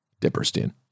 Dipperstein